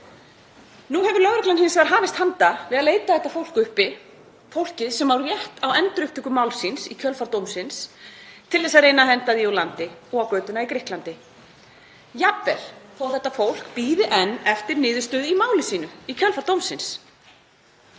Nú hefur lögreglan hins vegar hafist handa við að leita þetta fólk uppi, fólkið sem á rétt á endurupptöku máls síns í kjölfar dómsins, til að reyna að henda því úr landi og á götuna í Grikklandi, jafnvel þó að þetta fólk bíði enn eftir niðurstöðu í máli sínu í kjölfar dómsins.